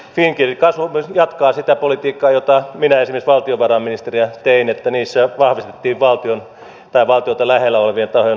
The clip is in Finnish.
fingrid jatkaa sitä politiikkaa jota minä esimerkiksi valtiovarainministerinä tein että vahvistetaan valtion tai valtiota lähellä olevien tahojen omistusta